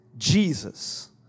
Jesus